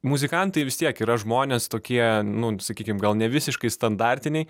muzikantai vis tiek yra žmonės tokie nu sakykim gal ne visiškai standartiniai